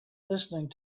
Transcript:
listening